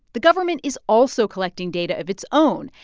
the government is also collecting data of its own,